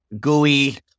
Gooey